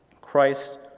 Christ